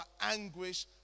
anguish